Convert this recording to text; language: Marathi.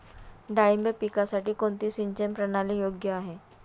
डाळिंब पिकासाठी कोणती सिंचन प्रणाली योग्य आहे?